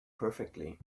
perfectly